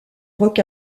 rock